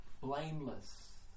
Blameless